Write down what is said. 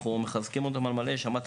אנחנו מחזקים אותם באופן מלא וגם שמעת